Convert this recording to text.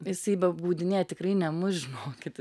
jisai b apgaudinėja tikrai ne mus žinokit